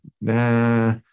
Nah